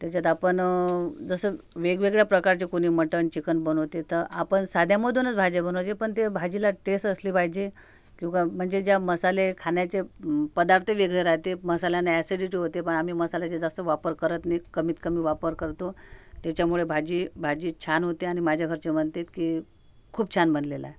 त्याच्यात आपण जसं वेगवेगळ्या प्रकारचे कोणी मटन चिकन बनवते तर आपण साध्यामधूनच भाज्या बनवायच्या पण ते भाजीला टेस असली पाहिजे की उगा म्हणजे ज्या मसाले खाण्याचे पदार्थ वेगळे राहते मसाल्यानं ॲसिडिटी होते पण आम्ही मसाल्याचे जास्त वापर करत नाही कमीतकमी वापर करतो त्याच्यामुळे भाजी भाजी छान होते आणि माझ्या घरचे म्हणतात की खूप छान बनलेलं आहे